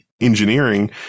engineering